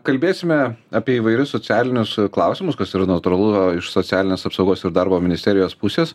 kalbėsime apie įvairius socialinius klausimus kas yra natūralu iš socialinės apsaugos ir darbo ministerijos pusės